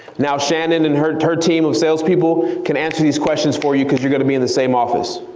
now shannon and her her team of sales people can answer these questions for you because you're gonna be in the same office.